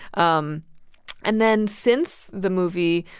um and then, since the movie,